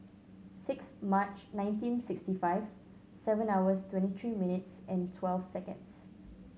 six March nineteen sixty five seven hours twenty three minutes and twelve seconds